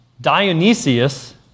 Dionysius